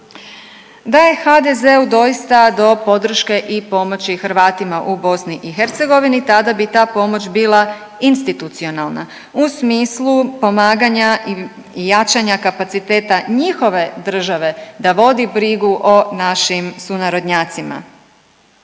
Da je HDZ-u doista do podrške i pomoći Hrvatima u BiH tada bi ta pomoć bila institucionalna u smislu pomaganja i jačanja kapaciteta njihove države da vodi brigu o našim sunarodnjacima,